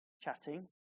chatting